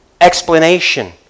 explanation